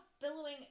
billowing